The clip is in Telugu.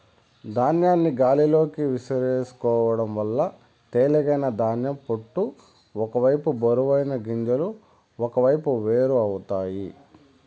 ధాన్యాన్ని గాలిలోకి విసురుకోవడం వల్ల తేలికైన ధాన్యం పొట్టు ఒక వైపు బరువైన గింజలు ఒకవైపు వేరు అవుతాయి